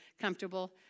comfortable